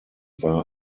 war